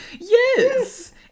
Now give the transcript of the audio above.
Yes